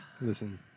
Listen